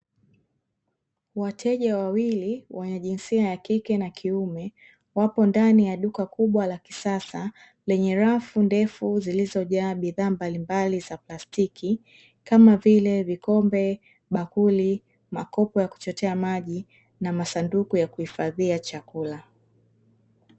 Wateja wawili wenye jinsia ya kike na kiume, wapo ndani ya duka kubwa la kisasa, lenye rafu ndefu zilizojaa bidhaa mbalimbali za plastiki kama vile; vikombe, bakuli, makopo ya kuchotea maji na masanduku ya kuhifadhia chakula.